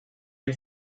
and